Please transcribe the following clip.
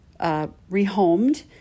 rehomed